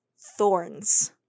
thorns